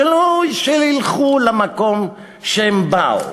שילכו למקום שממנו הם באו.